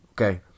Okay